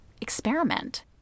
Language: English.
experiment